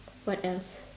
what else